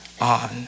on